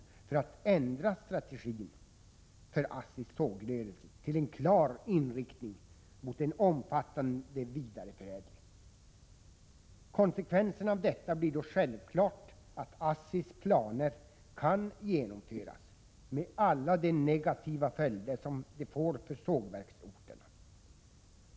= Za för att ändra strategin för ASSI:s sågrörelse till en klar inriktning mot en omfattande vidareförädling. Konsekvensen av detta blir då självfallet att ASSI:s planer kan genomföras, med alla de negativa följder som det får för sågverksorterna.